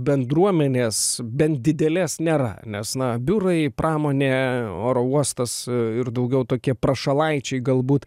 bendruomenės bent didelės nėra nes na biurai pramonė oro uostas ir daugiau tokie prašalaičiai galbūt